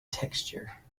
texture